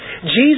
Jesus